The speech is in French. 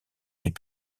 ses